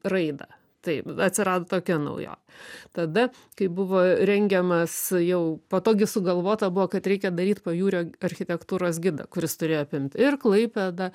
raidą taip atsirado tokia naujo tada kai buvo rengiamas jau po to gi sugalvota buvo kad reikia daryt pajūrio architektūros gidą kuris turėjo apimt ir klaipėdą